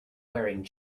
wearing